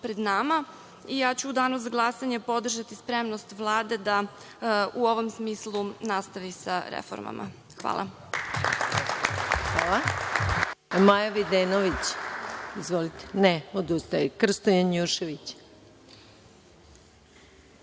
pred nama i ja ću danu za glasanje podržati spremnost Vlade da u ovom smislu nastavi sa reformama. Hvala.